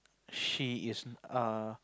she is err